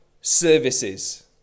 services